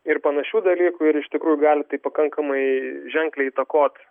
ir panašių dalykų ir iš tikrųjų gali tai pakankamai ženkliai įtakot